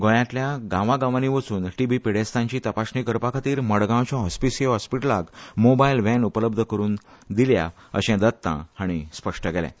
गोंयांतल्या गांवांगावांनी वचून टीबी पिडेस्तांची तपासणी करपा खातीर मडगांवच्या हॉस्पिसियो हॉस्पिटलांत मोबायल व्हॅन उपलब्ध करून दिल्या अशें दत्ता हांणी सांगलें